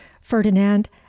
Ferdinand